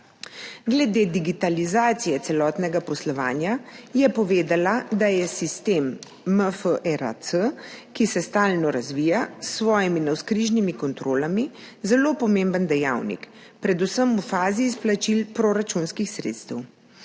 Glede digitalizacije celotnega poslovanja je povedala, da je sistem MFERAC, ki se stalno razvija, s svojimi navzkrižnimi kontrolami zelo pomemben dejavnik, predvsem v fazi izplačil proračunskih sredstev,